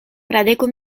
fradeko